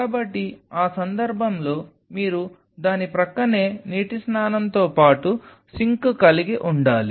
కాబట్టి ఆ సందర్భంలో మీరు దాని ప్రక్కనే నీటి స్నానంతో పాటు సింక్ కలిగి ఉండాలి